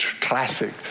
classic